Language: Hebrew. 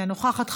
אינה נוכחת,